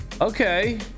Okay